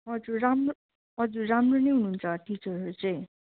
हजुर राम्रो हजुर राम्रो नै हुनुहुन्छ टिचरहरू चाहिँ